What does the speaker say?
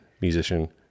musician